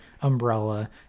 umbrella